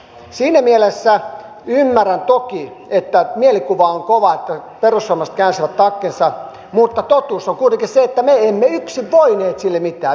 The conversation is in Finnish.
siinä mielessä ymmärrän toki että mielikuva on kova että perussuomalaiset käänsivät takkinsa mutta totuus on kuitenkin se että me emme yksin voineet sille mitään